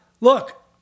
look